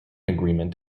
agreement